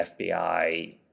FBI